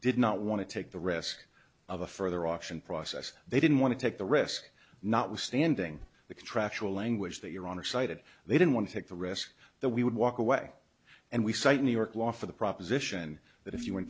did not want to take the risk of a further auction process they didn't want to take the risk notwithstanding the contractual language that your honor cited they didn't want to take the risk that we would walk away and we cite new york law for the proposition that if you